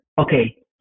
okay